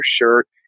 shirt